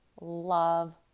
love